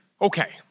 Okay